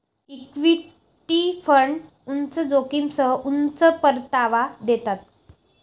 equity fund उच्च जोखमीसह उच्च परतावा देतात